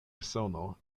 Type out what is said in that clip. usono